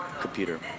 computer